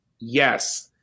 yes